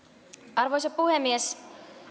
arvoisa puhemies